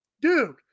dude